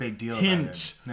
hint